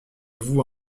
vous